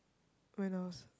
when I was